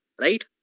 Right